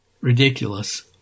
Ridiculous